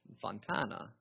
Fontana